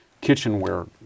kitchenware